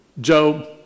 Job